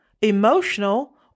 emotional